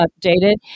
updated